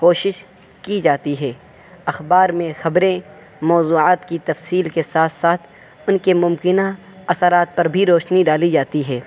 کوشش کی جاتی ہے اخبار میں خبریں موضوعات کی تفصیل کے ساتھ ساتھ ان کے ممکنہ اثرات پر بھی روشنی ڈالی جاتی ہے